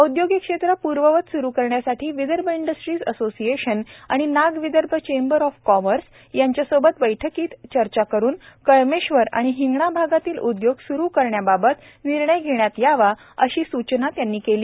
औद्योगिक क्षेत्र पूर्ववत स्रु करण्यासाठी विदर्भ इंडस्ट्रिज असोसिएशन आणि Nag Vidarbha Chamber of Commerce यांच्या सोबत बैठकीत चर्चा करुन कळमेश्वर आणि हिंगणा भागातील उद्योग स्रु करण्याबाबत निर्णय घेण्यात यावा अशी सूचना त्यांनी केली